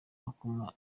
akoma